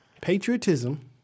Patriotism